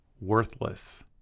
worthless